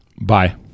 Bye